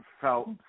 felt